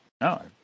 no